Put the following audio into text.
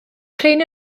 prin